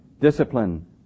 Discipline